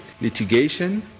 litigation